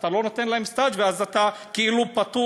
אז אתה לא נותן להם סטאז' ואז אתה כאילו פטור